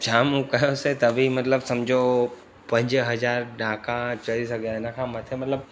शाम कहा से त बि मतिलब सम्झो पंज हज़ार ॾाका चढ़ी सघिया इन खां मथे मतिलबु